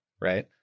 Right